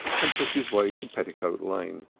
and took his way to petticoat lane.